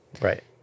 right